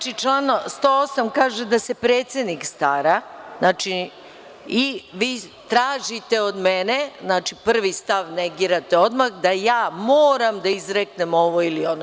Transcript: Član 108. kaže da se predsednik stara i tražite od mene, prvi stav, negirate odmah, da ja moram da izreknem ovo ili ono.